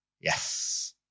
Yes